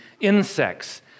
insects